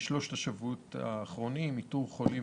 בשלושת השבועות האחרונים איתור חולים